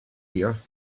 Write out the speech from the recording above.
here